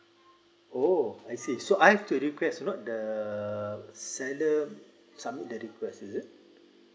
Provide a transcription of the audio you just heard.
oh I see so I've to request not the seller submit the request is it